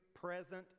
present